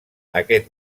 aquest